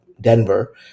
denver